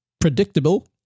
Predictable